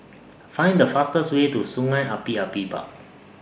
Find The fastest Way to Sungei Api Api Park